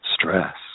stress